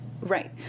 Right